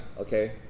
okay